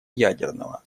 ядерного